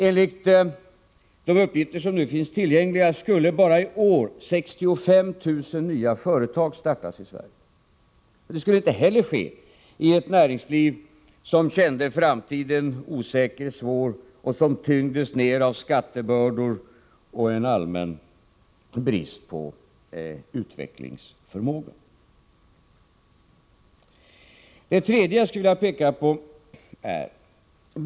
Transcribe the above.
Enligt de uppgifter som nu finns tillgängliga skulle bara i år 65 000 nya företag startas i Sverige. Det skulle inte heller ske i ett näringsliv som kände att framtiden var osäker och svår och som tyngdes ner av skattebördor och en allmän brist på utvecklingsförmåga. Det tredje som jag skulle vilja peka på är följande.